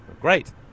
Great